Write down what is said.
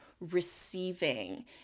receiving